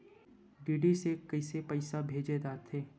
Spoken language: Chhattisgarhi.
डी.डी से कइसे पईसा भेजे जाथे?